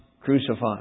crucified